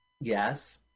Yes